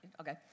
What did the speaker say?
okay